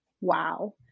wow